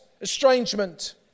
estrangement